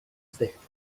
zdechnąć